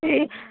ए